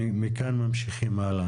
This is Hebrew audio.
ומכאן ממשיכים הלאה.